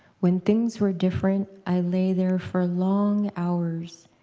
when things were different, i lay there for long hours,